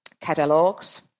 catalogs